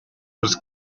was